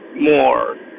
more